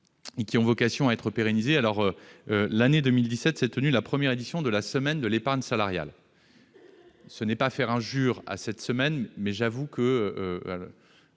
et ont vocation à être pérennisées. En 2017 s'est tenue la première édition de la semaine de l'épargne salariale. Ce n'est pas faire injure à cet événement que d'avouer qu'il